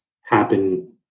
happen